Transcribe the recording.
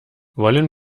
wollen